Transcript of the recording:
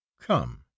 come